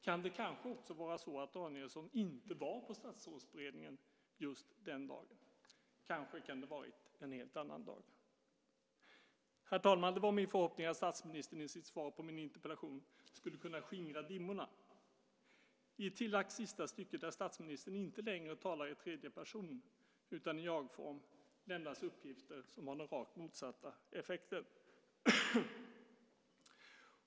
Kan det kanske också vara så att Danielsson inte var på Statsrådsberedningen just den dagen? Kanske kan det ha varit en helt annan dag. Herr talman! Det var min förhoppning att statsministern i sitt svar på min interpellation skulle kunna skingra dimmorna. I ett tillagt sista stycke där statsministern inte längre talar i tredje person utan i jagform lämnas uppgifter som har den rakt motsatta effekten.